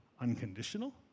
unconditional